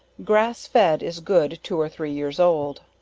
grass-fed, is good two or three years old.